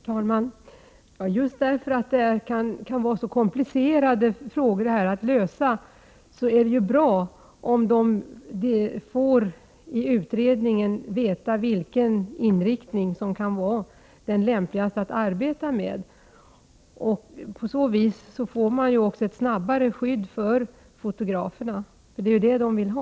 Herr talman! Just därför att det kan vara så komplicerade frågor att lösa är det ju bra om utredningen får veta vilken inriktning som kan vara den lämpligaste att arbeta med. På så vis får man också snabbare ett skydd för fotograferna, för det är det de vill ha.